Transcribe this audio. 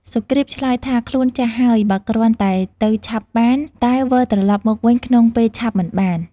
សុគ្រីពឆ្លើយថា ខ្លួនចាស់ហើយ បើគ្រាន់តែទៅឆាប់បាន តែវិលត្រឡប់មកវិញក្នុងពេលឆាប់មិនបាន។